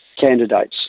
candidates